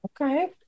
Okay